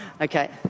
Okay